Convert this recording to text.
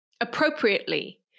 appropriately